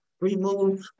remove